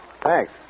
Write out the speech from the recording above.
Thanks